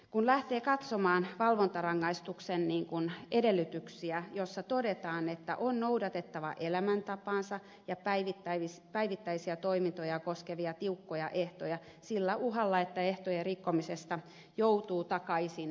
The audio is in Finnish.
kun lähtee katsomaan valvontarangaistuksen edellytyksiä todetaan että on noudatettava elämäntapaansa ja päivittäisiä toimintoja koskevia tiukkoja ehtoja sillä uhalla että ehtojen rikkomisesta joutuu takaisin vankilaan